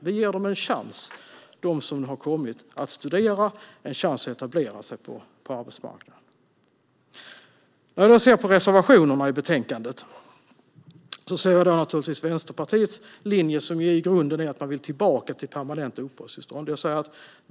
Vi ger de ungdomar som har kommit en chans att studera och en chans att etablera sig på arbetsmarknaden. Reservationerna i betänkandet visar att Vänsterpartiets linje naturligtvis är att man i grunden vill tillbaka till permanenta uppehållstillstånd.